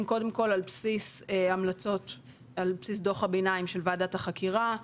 קודם כול על בסיס דוח הביניים של ועדת החקירה,